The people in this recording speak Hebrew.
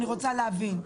אני רוצה להבין,